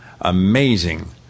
amazing